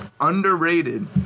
underrated